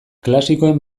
klasikoen